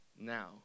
now